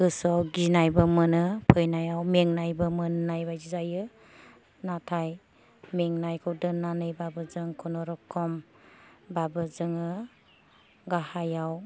गोसोआव गिनायबो मोनो फैनायाव मेंनायबो मोन्नाय बायदि जायो नाथाय मेंनायखौ दोन्नानैबाबो जों खुनुरुखुमबाबो जोङो गाहायाव